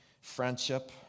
friendship